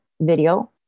video